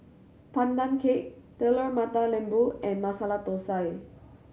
Pandan Cake Telur Mata Lembu and Masala Thosai